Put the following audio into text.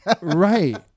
right